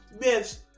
myths